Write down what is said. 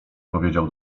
powiedział